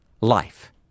life